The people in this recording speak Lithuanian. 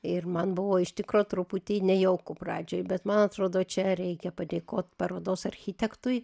ir man buvo iš tikro truputį nejauku pradžioj bet man atrodo čia reikia padėkot parodos architektui